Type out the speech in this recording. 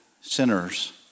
sinners